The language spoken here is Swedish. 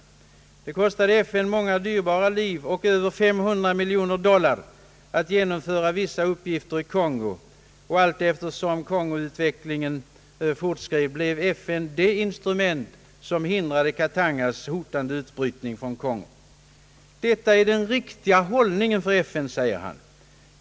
Det kostade FN många dyrbara liv och över 500 miljoner dollar att genomföra aktionen i Kongo, och allteftersom utvecklingen i Kongo fortskred blev FN det instrument som hindrade Katangas hotande utbrytning. Detta är den riktiga hållningen för FN, säger U Thant.